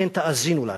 לכן תאזינו לאנשים,